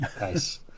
Nice